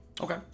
okay